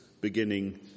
beginning